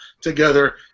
together